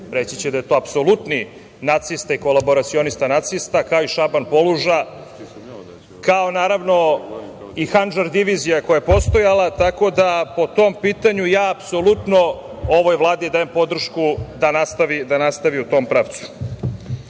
Reći će da je to apsolutni nacista i kolaboracionista nacista, kao i Šaban Poluža, kao naravno i „Handžar divizija“ koja je postojala. Tako da, po tom pitanju ja apsolutno ovoj Vladi dajem podršku da nastavi u tom pravcu.E